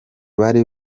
bari